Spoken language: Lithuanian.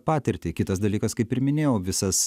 patirtį kitas dalykas kaip ir minėjau visas